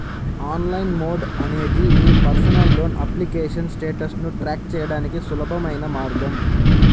online mode అనేది మీ personal loan application స్టేటస్ను ట్రాక్ చేయడానికి సులభమైన మార్గం